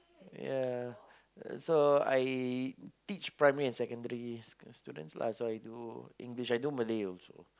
ya so I teach primary and secondary school students that's what I do English I do Malay also